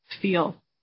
feel